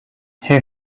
her